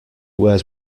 wears